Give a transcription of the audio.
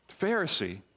Pharisee